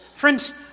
Friends